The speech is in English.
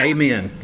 Amen